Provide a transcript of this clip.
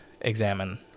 examine